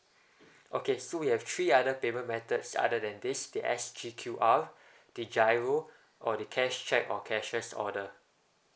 okay so we have three other payment methods other than this the S_G_Q_R the GIRO or the cash cheque or cashier's order